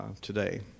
today